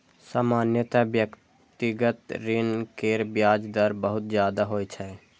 सामान्यतः व्यक्तिगत ऋण केर ब्याज दर बहुत ज्यादा होइ छै